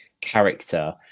character